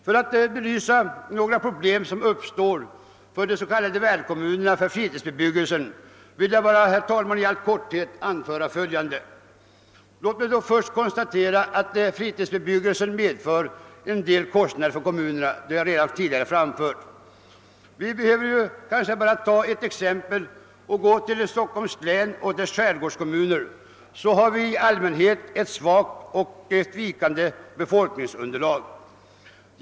För att belysa några av de problem som uppstår för de s.k. värdkommunerna för fritidsbebyggelsen vill jag i korthet anföra följande. Vi kan som exempel ta skärgårdskommunerna i Stockholms län. Befolkningsunderlaget i dessa är i allmänhet svagt och vikande.